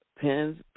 pens